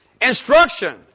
instruction